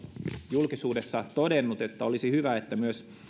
julkisuudessa todennut että olisi hyvä että myös